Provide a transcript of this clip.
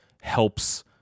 helps